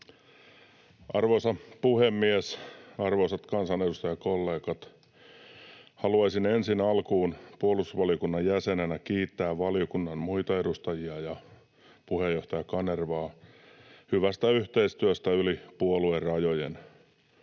Arvoisa puhemies! Arvoisat kansanedustajakollegat! Haluaisin ensin alkuun puolustusvaliokunnan jäsenenä kiittää valiokunnan muita edustajia ja puheenjohtaja Kanervaa hyvästä yhteistyöstä yli puoluerajojen.